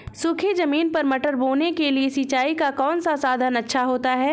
सूखी ज़मीन पर मटर बोने के लिए सिंचाई का कौन सा साधन अच्छा होता है?